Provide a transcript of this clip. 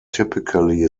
typically